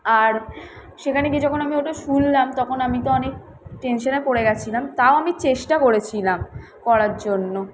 আর সেখানে গিয়ে যখন আমি ওটা শুনলাম তখন আমি তো অনেক টেনশানে পড়ে গিয়েছিলাম তাও আমি চেষ্টা করেছিলাম করার জন্য